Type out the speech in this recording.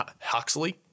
Huxley